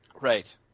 Right